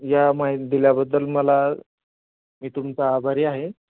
या माहिती दिल्याबद्दल मला मी तुमचा आभारी आहे